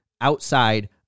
outside